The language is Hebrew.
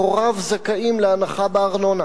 הוריו זכאים להנחה בארנונה.